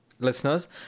Listeners